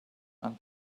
and